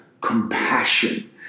compassion